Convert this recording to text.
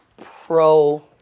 pro